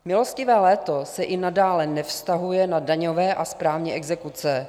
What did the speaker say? Milostivé léto se i nadále nevztahuje na daňové a správní exekuce.